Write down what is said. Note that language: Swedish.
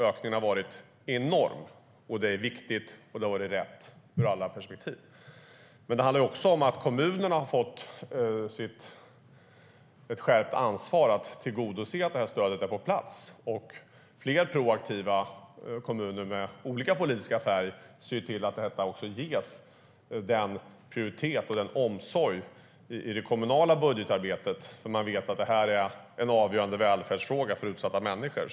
Ökningen har varit enorm, och det har varit viktigt och rätt ur alla perspektiv. Det handlar också om att kommunerna har fått ett skärpt ansvar att tillgodose att stödet är på plats. Fler proaktiva kommuner med olika politisk färg ser till att detta också ges den prioritet och omsorg som behövs i det kommunala budgetarbetet. Man vet att det är en avgörande välfärdsfråga för utsatta människor.